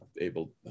able